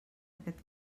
aquest